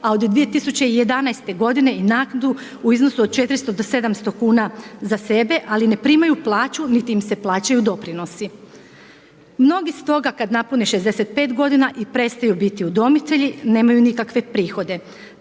a od 2011. godine i naknadu u iznosu od 400 do 700 kuna za sebe, ali ne primaju plaću niti im se plaćaju doprinosi. Mnogi stoga kad napune 65 godina i prestaju biti udomitelji, nemaju nikakve prihode.